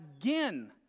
again